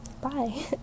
bye